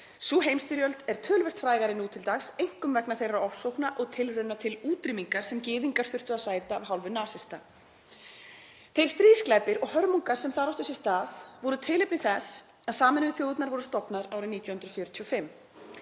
Sú heimsstyrjöld er töluvert frægari nú til dags, einkum vegna þeirra ofsókna og tilrauna til útrýmingar sem gyðingar þurftu að sæta af hálfu nasista. Þeir stríðsglæpir og hörmungar sem þar áttu sér stað voru tilefni þess að Sameinuðu þjóðirnar voru stofnaðar árið 1945.